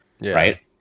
right